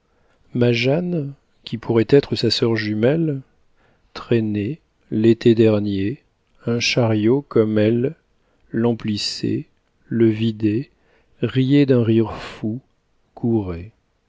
ma jeanne qui pourrait être sa sœur jumelle traînait l'été dernier un chariot comme elle l'emplissait le vidait riait d'un rire fou